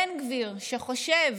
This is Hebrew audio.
בן גביר, שחושב